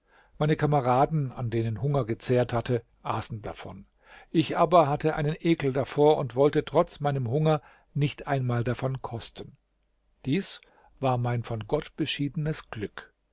meine kameraden an denen hunger gezehrt hatte aßen davon ich aber hatte einen ekel davor und wollte trotz meinem hunger nicht einmal davon kosten dies war mein von gott beschiedene glück